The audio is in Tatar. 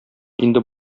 инде